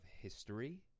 history